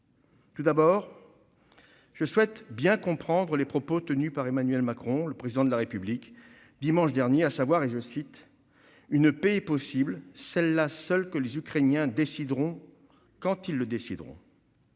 Premièrement, je souhaite bien comprendre les propos tenus par Emmanuel Macron, le Président de la République, dimanche dernier :« Une paix est possible, celle-là seule que les Ukrainiens décideront quand ils le décideront.